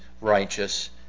righteous